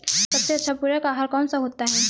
सबसे अच्छा पूरक आहार कौन सा होता है?